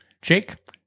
Jake